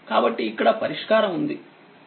కాబట్టి ఇక్కడ పరిష్కారం ఉందికాబట్టి చూడండి